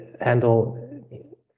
handle